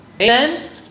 Amen